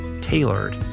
tailored